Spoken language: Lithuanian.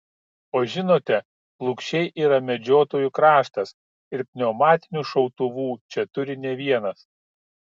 o žinote lukšiai yra medžiotojų kraštas ir pneumatinių šautuvų čia turi ne vienas